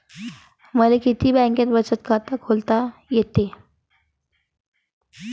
मले किती बँकेत बचत खात खोलता येते?